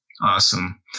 Awesome